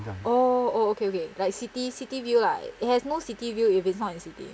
oh oh okay okay like city city view lah like it has no city view if it's not in city